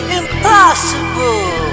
impossible